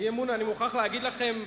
אי-אמון, אני מוכרח להגיד לכם,